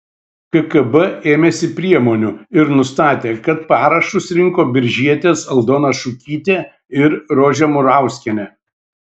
kgb ėmėsi priemonių ir nustatė kad parašus rinko biržietės aldona šukytė ir rožė murauskienė